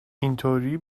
اینطوری